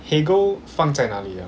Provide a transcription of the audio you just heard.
hegel 放在哪里